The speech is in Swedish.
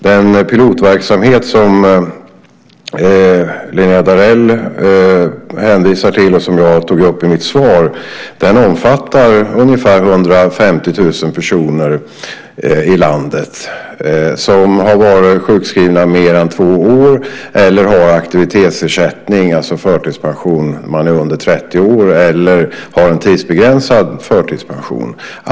Den pilotverksamhet som Linnéa Darell hänvisar till, och som jag tog upp i mitt svar, omfattar ungefär 150 000 personer i landet som har varit sjukskrivna mer än två år eller har aktivitetsersättning, alltså förtidspension om man är under 30 år, eller har en tidsbegränsad förtidspension.